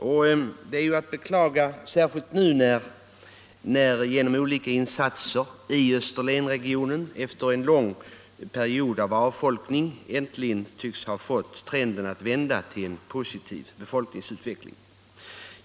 Detta är att beklaga, särskilt nu när man genom olika insatser i Österlenregionen efter en lång period av avfolkning äntligen tycks ha fått trenden att vända till en positiv befolkningsutveckling.